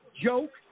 joke